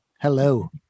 Hello